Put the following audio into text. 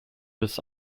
this